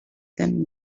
them